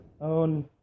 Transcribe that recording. own